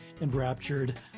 enraptured